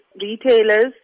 retailers